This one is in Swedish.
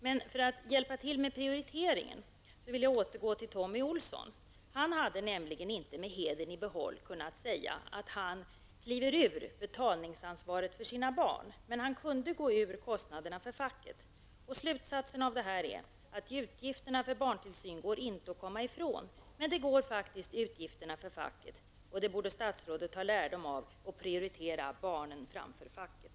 Men när det gäller att hjälpa till med prioriteringen vill jag återgå till Tommy Olsson. Han hade nämligen inte med hedern i behåll kunnat säga att han kliver ur betalningsansvaret för sina barn. Men han kunde komma ifrån kostnaderna för facket. Slutsatsen av detta är att utgifterna för barntillsyn inte går att komma ifrån, men utgifterna för facket går faktiskt att komma ifrån. Det borde statsrådet ta lärdom av och prioritera barnen framför facket.